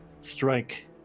strike